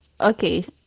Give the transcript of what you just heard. Okay